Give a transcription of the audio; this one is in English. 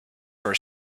for